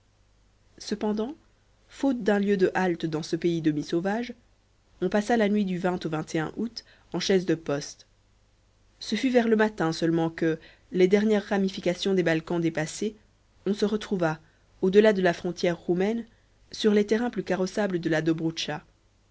cependant faute d'un lieu de halte dans ce pays demi sauvage on passa la nuit du au août en chaise de poste ce fut vers le matin seulement que les dernières ramifications des balkans dépassées on se retrouva au delà de la frontière roumaine sur les terrains plus carrossables de la